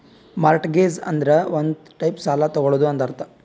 mortgage ಅಂದುರ್ ಒಂದ್ type ಸಾಲ ತಗೊಳದಂತ್ ಅರ್ಥ